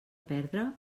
perdre